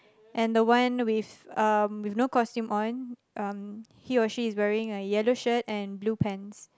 and the one with um with no costume on um he or she is wearing a yellow shirt and blue pants